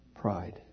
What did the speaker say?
Pride